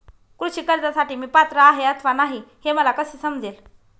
कृषी कर्जासाठी मी पात्र आहे अथवा नाही, हे मला कसे समजेल?